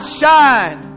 shine